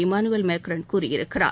Emmanuel Macron கூறியிருக்கிறார்